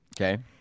Okay